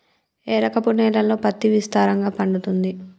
ఏ రకపు నేలల్లో పత్తి విస్తారంగా పండుతది?